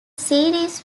series